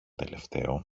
τελευταίο